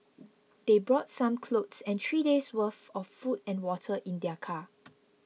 they brought some clothes and three days' worth of food and water in their car